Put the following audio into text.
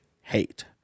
hate